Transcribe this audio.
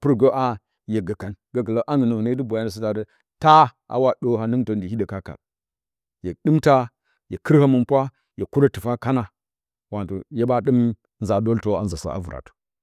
pɨr gə ha hye gə kan. Gəkɨlə hangɨ nə hɨne dɨ boyi anə satə ati taa, aa wa ɗər hanɨngtə ndi hidə kal kal, hye ɗɨm taa hye bɨr həmɨnpwa, hye kwoɗə tɨfa kan wato hye ɓa dɨm nza ɗwol tə a nza sa a vɨratə.